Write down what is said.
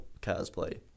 cosplay